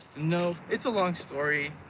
no. it's a long story.